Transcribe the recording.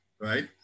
right